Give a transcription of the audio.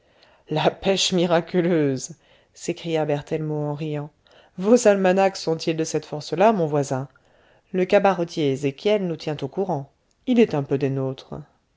la pêche miraculeuse s'écria berthellemot en riant vos almanachs sont-ils de cette force-là mon voisin le cabaretier ézéchiel nous tient au courant il est un peu des nôtres